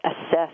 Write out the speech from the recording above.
assess